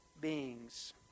beings